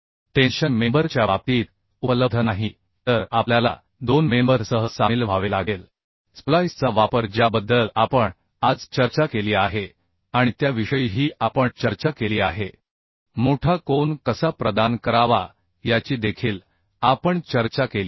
tension member च्या बाबतीत उपलब्ध नाही तर आपल्याला दोन मेंबर सह सामील व्हावे लागेल स्प्लाइसचा वापर ज्याबद्दल आपण आज चर्चा केली आहे आणि त्याविषयीही आपण चर्चा केली आहे मोठा कोन कसा प्रदान करावा याची देखील आपण चर्चा केली आहे